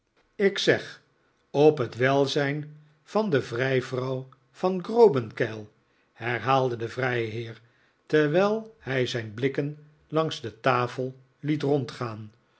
ik zeg op het welzijn van de vrijvrouw van grobenkeil herhaalde de vrijheer terwijl hij zijn blikken langs de tafel liet rondgaan